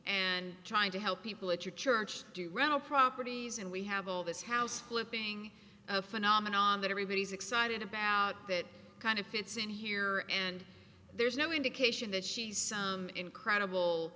and trying to help people at your church do rental properties and we have all this house flipping a phenomenon that everybody's excited about that kind of fits in here and there's no indication that she's some incredible